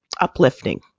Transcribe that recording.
uplifting